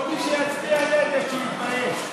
כל מי שיצביע נגד, שיתבייש.